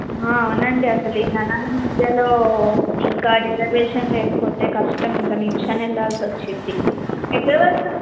ఆ అవునండి అసలు ఈ జనాల మధ్యలో ఇంక రిజర్వేషన్ లేకపోతె కష్టం ఇంక నిల్చుని వెళ్ళాస్సి వచ్చేది ఎక్కడ వరకు